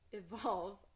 evolve